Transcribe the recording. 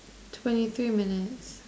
twenty three minutes